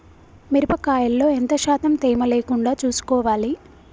మిరప కాయల్లో ఎంత శాతం తేమ లేకుండా చూసుకోవాలి?